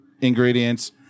ingredients